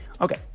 Okay